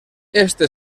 este